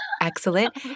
excellent